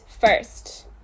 first